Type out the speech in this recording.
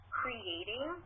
creating